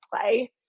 play